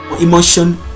emotion